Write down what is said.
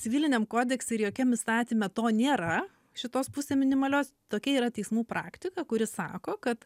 civiliniam kodekse ir jokiam įstatyme to nėra šitos pusę minimalios tokia yra teismų praktika kuri sako kad